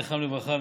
זכרם לברכה,